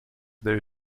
there